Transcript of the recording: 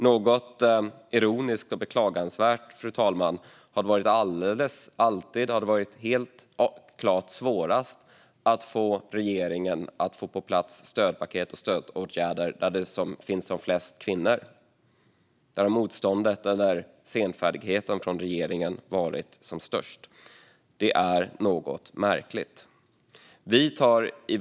Något ironiskt och beklagansvärt är att det helt klart har varit svårast att få regeringen att satsa på de stödpaket och stödåtgärder där det finns flest kvinnor. Här har motståndet eller senfärdigheten varit störst. Det är märkligt.